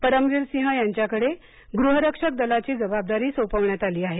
परमवीर सिंह यांच्याकडे गृह रक्षक दलाची जवाबदारी सोपवण्यात आली आहे